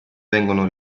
vengono